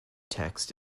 texts